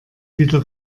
wieder